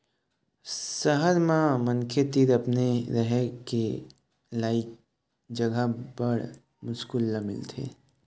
सहर म मनखे तीर अपने रहें के लइक जघा बड़ मुस्कुल ल मिलथे